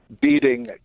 beating